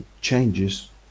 changes